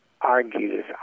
argues